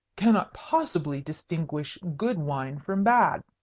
cannot possibly distinguish good wine from bad.